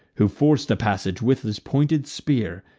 who forc'd a passage with his pointed spear,